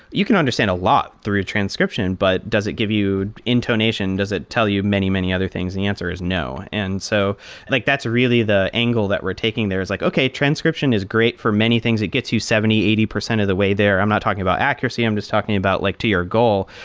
you can understand a lot through transcription, but does it give you intonation? does it tell you many, many other things? the answer is no. and so like that's really the angle that we're taking there, is like, okay. transcription is great for many things. it gets you seventy percent, eighty percent of the way there. i'm not talking about accuracy. i'm just talking about like to your goal.